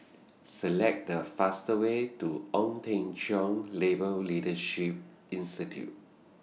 Select The fastest Way to Ong Teng Cheong Labour Leadership Institute